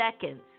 seconds